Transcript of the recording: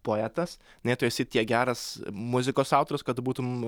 poetas nei tu esi tiek geras muzikos autorius kad tu būtum